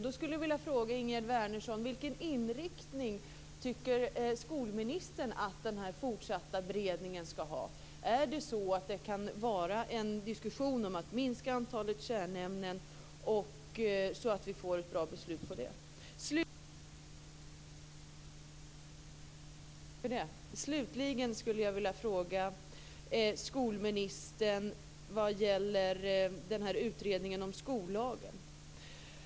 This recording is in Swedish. Jag skulle vilja fråga Ingegerd Wärnersson: Vilken inriktning tycker skolministern att den fortsatta beredningen skall ha? Kan det vara en diskussion om att minska antalet kärnämnen, så att vi får ett bra beslut i den frågan? Slutligen skulle jag vilja fråga skolministern om utredningen av skollagen.